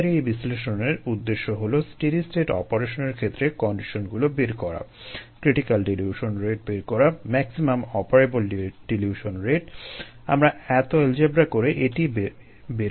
আমাদের এই বিশ্লেষণের উদ্দেশ্য হলো স্টেডি স্টেট অপারেশনের ক্ষেত্রে কন্ডিশনগুলো বের করা ক্রিটিকাল ডিলিউশন রেট বের করা ম্যাক্সিমাম অপারেবল ডিলিউশন রেট আমরা এতো এলজেব্রা করে এটিই বের করতে চাচ্ছি